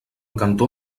cantor